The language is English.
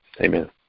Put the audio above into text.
Amen